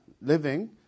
living